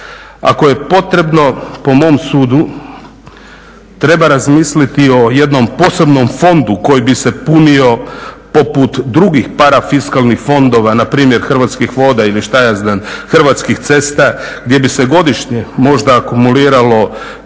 Ako je potrebno, po mom sudu, treba razmisliti i o jednom posebnom fondu koji bi se punio poput drugih parafiskalnih fondova, npr. Hrvatskih voda ili što ja znam Hrvatskih cesta, gdje bi se godišnje možda akumuliralo